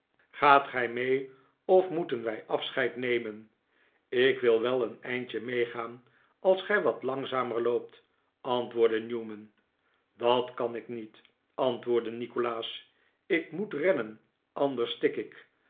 gaat gij mee of moeten wij afscheid nemen ik wil wel een eindje meegaan als gij wat langzamer loopt antwoordde newman dat kan ik niet antwoordde nikolaas ik moet rennen anders stik ik